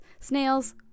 snails